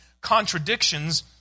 contradictions